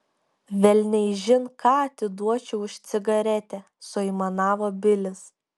velniaižin ką atiduočiau už cigaretę suaimanavo bilis